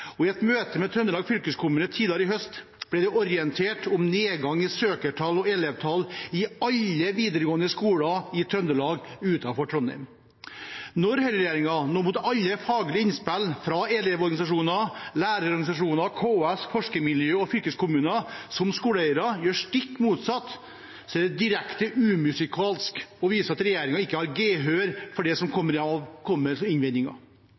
og i et møte med Trøndelag fylkeskommune tidligere i høst ble det orientert om nedgang i søkertall og elevtall i alle videregående skoler i Trøndelag utenfor Trondheim. Når høyreregjeringen nå mot alle faglige innspill fra elevorganisasjoner, lærerorganisasjoner, KS, forskermiljø og fylkeskommuner som skoleeiere gjør stikk motsatt, er det direkte umusikalsk og viser at regjeringen ikke har gehør for det som kommer inn av innvendinger.